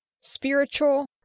spiritual